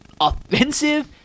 offensive